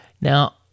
Now